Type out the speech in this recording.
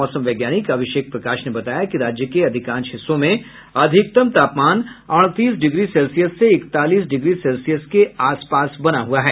मौसम वैज्ञानिक अभिषेक प्रकाश ने बताया कि राज्य के अधिकांश हिस्सों में अधिकतम तापमान अड़तीस डिग्री सेल्सियस से इकतालीस डिग्री सेल्सियस के आपसपास बना हुआ है